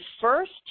first